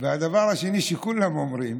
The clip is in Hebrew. הדבר השני, שכולם אומרים